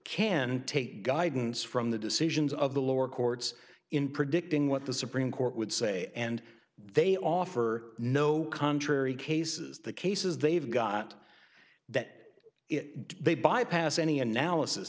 can take guidance from the decisions of the lower courts in predicting what the supreme court would say and they offer no contrary cases the cases they've got that they bypass any